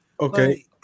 Okay